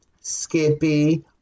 Skippy